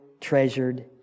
treasured